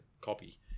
copy